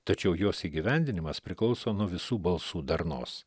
tačiau jos įgyvendinimas priklauso nuo visų balsų darnos